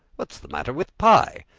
what's the matter with pie?